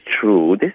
true